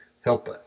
Help